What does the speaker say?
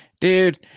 Dude